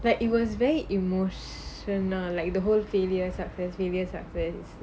that it was very emotional like the whole failures such as various events